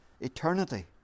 eternity